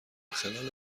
خلال